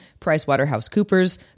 PricewaterhouseCoopers